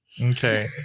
Okay